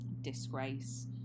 disgrace